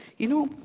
you know,